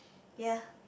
ya